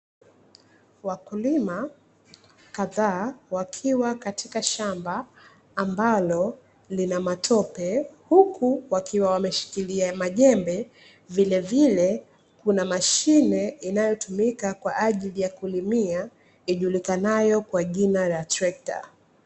Wakulima kadhaa wakiwa katika shamba ambalo lina matope, huku wakiwa wameshikilia majembe, vilevile kuna mashine inayotumika kwa ajili ya kulimia ijulikanayo kwa jina la trekta.